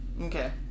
Okay